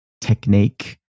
technique